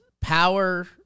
power